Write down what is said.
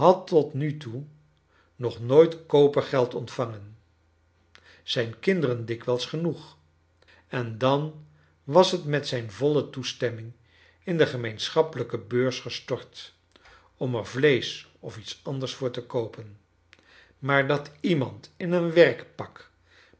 tot nu toe nog nooit kopergeld ontvangen zijn kinderen dikwijls genoeg en dan was het met zijn voile toestemming in de gemeenschappelijke beurs gestort om er vleesch of iets anders voor te koopen maar dat iemand in een werkpak met